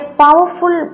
powerful